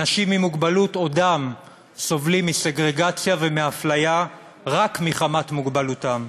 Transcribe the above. אנשים עם מוגבלות עודם סובלים מסגרגציה ומאפליה רק מחמת מוגבלותם.